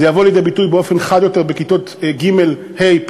זה יבוא לידי ביטוי באופן חד יותר בכיתות ג' ה',